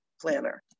planner